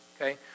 okay